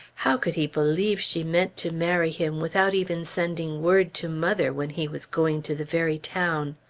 how could he believe she meant to marry him, without even sending word to mother when he was going to the very town?